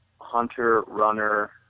hunter-runner